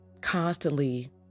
constantly